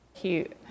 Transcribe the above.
cute